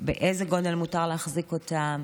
באיזה גודל מותר להחזיק אותן,